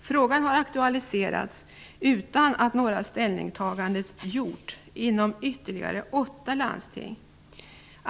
Frågan har aktualiserats -- utan att några ställningstaganden gjorts -- inom ytterligare åtta landsting.